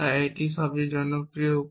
এটি সবচেয়ে জনপ্রিয় উপায়